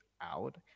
out